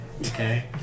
Okay